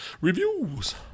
Reviews